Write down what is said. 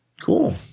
Cool